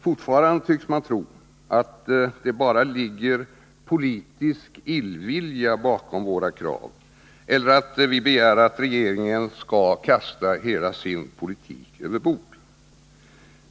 Fortfarande tycks man tro att det bara mm, m. (omfattligger politisk illvilja bakom våra krav eller att vi begär att regeringen skall kasta hela sin politik över bord.